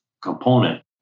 component